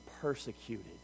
persecuted